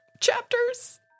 chapters